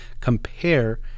compare